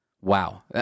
Wow